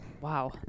Wow